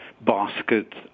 basket